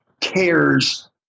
cares